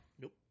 Nope